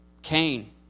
Cain